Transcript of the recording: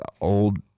old